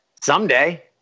someday